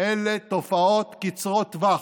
אלה תופעות קצרות טווח.